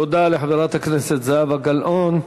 את, תודה לחברת הכנסת זהבה גלאון.